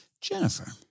Jennifer